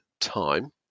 time